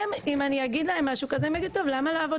הם אם אני אגיד להם משהו כזה טוב למה לעבוד